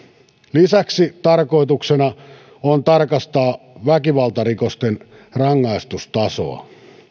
lisäksi tarkoituksena on tarkastaa väkivaltarikosten rangaistustasoa